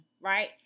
right